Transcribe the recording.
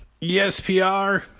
espr